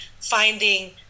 finding